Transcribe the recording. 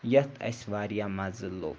یَتھ اَسہِ واریاہ مَزٕ لوٚگ